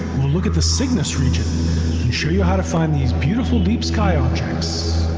we'll look at the cygnus region, and show you how to find these beautiful deep sky objects